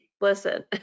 Listen